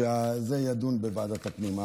שהנושא יידון בוועדת הפנים.